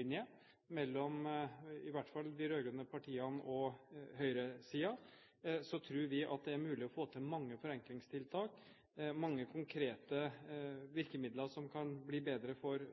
skillelinje mellom i hvert fall de rød-grønne partiene og høyresiden, tror vi at det er mulig å få til mange forenklingstiltak, mange konkrete virkemidler, som gjør at det kan bli bedre for